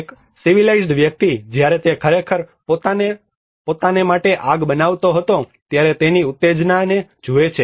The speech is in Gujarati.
એક સિવિલાઇઝ્ડ વ્યક્તિ જ્યારે તે ખરેખર પોતાને માટે આગ બનાવતો હતો ત્યારે તેની ઉત્તેજનાને જુએ છે